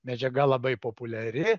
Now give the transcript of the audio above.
medžiaga labai populiari